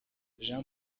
jean